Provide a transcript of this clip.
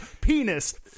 Penis